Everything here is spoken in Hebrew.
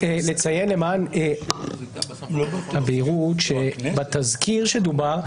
אציין למען הבהירות שבתזכיר שדובר,